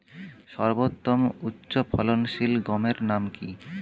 সর্বতম উচ্চ ফলনশীল গমের নাম কি?